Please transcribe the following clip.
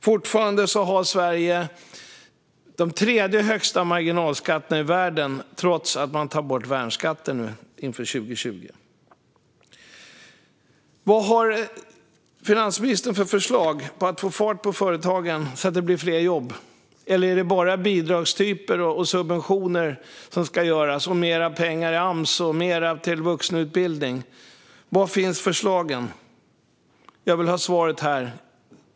Fortfarande har Sverige den tredje högsta marginalskatten i världen, trots att man 2020 tar bort värnskatten. Vad har finansministern för förslag för att få fart på företagen så att det blir fler jobb, eller handlar det bara om bidrag och subventioner och om mer pengar till arbetsmarknadsåtgärder och vuxenutbildning? Var finns förslagen? Jag vill ha svaret här.